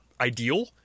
ideal